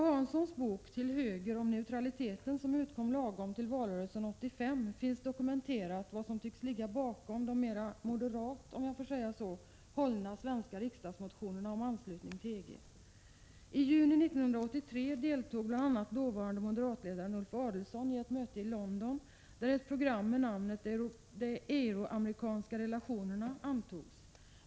1986/87:73 = till valrörelsen 1985, finns dokumenterat vad som tycks ligga bakom de mera 17 februari 1987 ”moderat” hållna svenska riksdagsmotionerna om anslutning till EG. I juni 1983 deltog bl.a. den dåvarande moderatledaren Ulf Adelsohn i ett möte i rag London, där ett program med namnet De euroamerikanska relationerna tranisportbestämmelser antogs.